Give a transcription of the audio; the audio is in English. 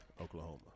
Oklahoma